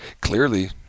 Clearly